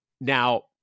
Now